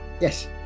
Yes